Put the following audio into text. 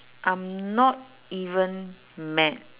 I'm not even mad